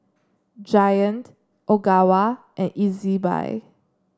Giant Ogawa and Ezbuy